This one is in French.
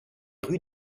rues